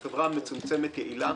חברה מצומצמת ויעילה.